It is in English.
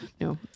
no